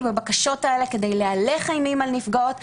בבקשות האלה כדי להלך אימים על נפגעות,